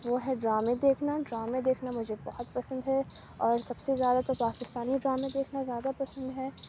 وہ ہے ڈرامے دیکھنا ڈرامے دیکھنا مجھے بہت پسند ہے اور سب سے زیادہ تو پاکستانی ڈرامے دیکھنا زیادہ پسند ہے